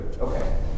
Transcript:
Okay